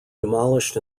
demolished